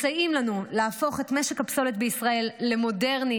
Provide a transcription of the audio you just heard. מסייעu, לנו להפוך את משק הפסולת בישראל למודרני,